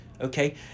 Okay